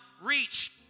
reach